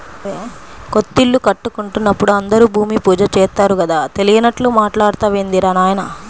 కొత్తిల్లు కట్టుకుంటున్నప్పుడు అందరూ భూమి పూజ చేత్తారు కదా, తెలియనట్లు మాట్టాడతావేందిరా నాయనా